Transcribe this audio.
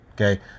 okay